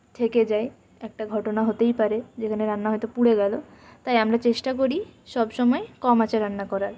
থেকে যায় একটা ঘটনা হতেই পারে যেখানে রান্না হয়তো পুড়ে গেল তাই আমরা চেষ্টা করি সব সময় কম আঁচে রান্না করার